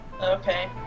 Okay